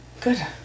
good